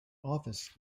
office